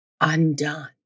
undone